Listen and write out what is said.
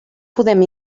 podem